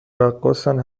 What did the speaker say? رقاصن